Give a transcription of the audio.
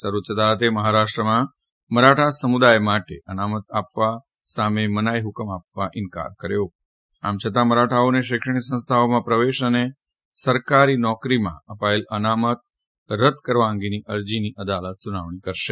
સર્વોચ્ય અદાલતે મહારાષ્ટ્રમાં મરાઠા સમુદાય માટે અનામત આપવા સામે મનાઈ હ્કમ આપવાનો ઈન્કાર કર્યો છે આમ છતાં મરાઠાઓને શૈક્ષણિક સંસ્થાઓમાં પ્રવેશ અને સરકારી નોકરીમાં અપાયેલ અનામત રદ કરવા અંગેની અરજીની અદાલત સુનાવણી કરશે